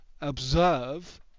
observe